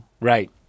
right